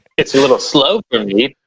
it's a little slow for me,